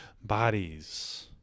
bodies